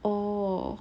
orh